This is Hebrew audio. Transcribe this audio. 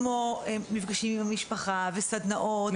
כמו מפגשים עם המשפחה וסדנאות וקד"מ,